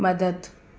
मदद